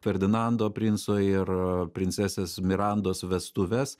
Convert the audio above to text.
ferdinando princo ir princesės mirandos vestuves